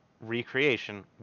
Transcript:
recreation